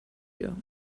you